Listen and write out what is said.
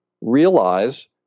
realize